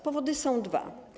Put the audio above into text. Powody są dwa.